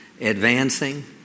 advancing